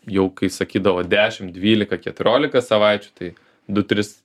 jau kai sakydavo dešim dvylika keturiolika savaičių tai du tris